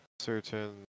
certain